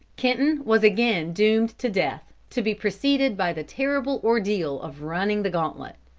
kenton was again doomed to death, to be preceded by the terrible ordeal of running the gauntlet.